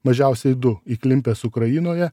mažiausiai du įklimpęs ukrainoje